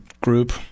group